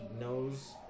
knows